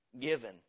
given